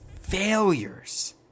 failures